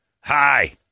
Hi